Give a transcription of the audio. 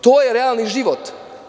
To je realni život.